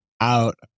out